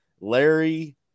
Larry